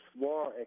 war